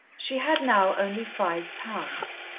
she had now only five pounds.